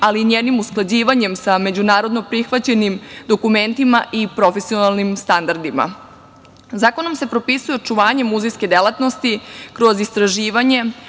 ali i njenim usklađivanjem sa međunarodno prihvaćenim dokumentima i profesionalnim standardima. Zakonom se propisuje očuvanje muzejske delatnosti kroz istraživanje,